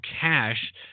cash